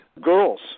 girls